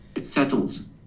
settles